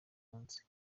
munsi